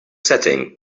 setting